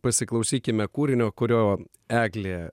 pasiklausykime kūrinio kurio eglė